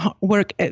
work